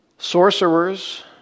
Sorcerers